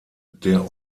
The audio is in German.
der